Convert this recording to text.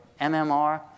MMR